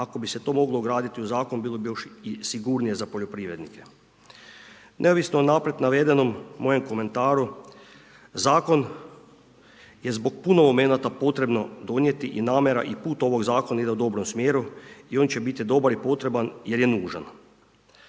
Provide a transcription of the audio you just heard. ako bi se to moglo ugraditi u zakon bilo bi još i sigurnije za poljoprivrednike. Neovisno o naprijed navedenom mojem komentaru, zakon je zbog puno momenata potrebno donijeti i namjera i put ovog zakona ide u dobrom smjeru i on će biti dobar i potreban jer je nužan.